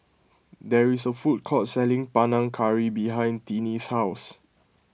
there is a food court selling Panang Curry behind Tinnie's house